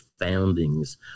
foundings